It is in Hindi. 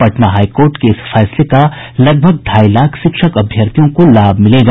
पटना हाईकोर्ट के इस फैसले का लगभग ढाई लाख शिक्षक अभ्यर्थियों को लाभ मिलेगा